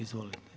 Izvolite.